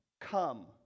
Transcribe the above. Come